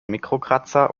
mikrokratzer